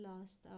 last